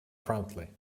promptly